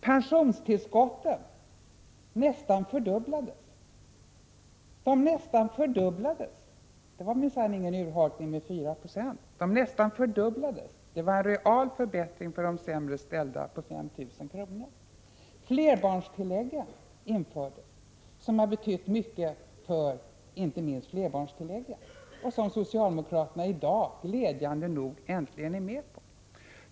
Pensionstillskotten nästan fördubblades. Det var minsann ingen urholkning med 4 96. Det var en real förbättring för de sämre ställda på 5 000 kr. Vi införde flerbarnstilläggen, som har betytt mycket för flerbarnsfamiljerna och som socialdemokraterna i dag glädjande nog äntligen är med på.